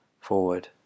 forward